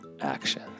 Action